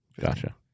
Gotcha